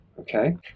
okay